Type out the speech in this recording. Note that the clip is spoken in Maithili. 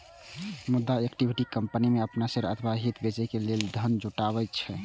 मुदा इक्विटी कंपनी मे अपन शेयर अथवा हित बेच के धन जुटायब होइ छै